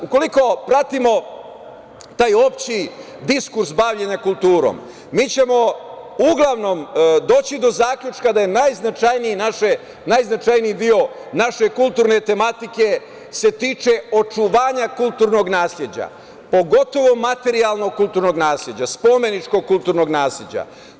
Ukoliko pratimo taj opšti diskurs bavljenja kulturom mi ćemo uglavnom doći do zaključka da je najznačajniji deo naše kulturne tematike se tiče očuvanja kulturnog nasleđa pogotovo materijalnog kulturnog nasleđa, spomeničko-kulturnog nasleđa.